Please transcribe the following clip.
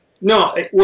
No